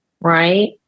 right